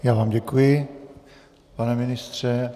Já vám děkuji, pane ministře.